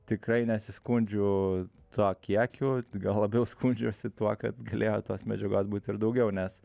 tikrai nesiskundžiu tuo kiekiu gal labiau skundžiuosi tuo kad galėjo tos medžiagos būt ir daugiau nes